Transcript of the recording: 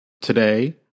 today